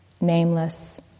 nameless